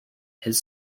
his